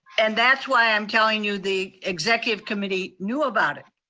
and that's why i'm telling you the executive committee knew about it.